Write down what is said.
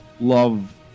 love